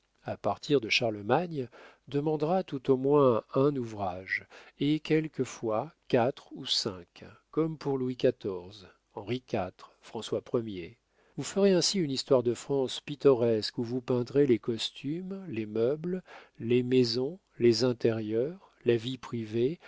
à partir de charlemagne demandera tout au moins un ouvrage et quelquefois quatre ou cinq comme pour louis xiv henri iv françois ier vous ferez ainsi une histoire de france pittoresque où vous peindrez les costumes les meubles les maisons les intérieurs la vie privée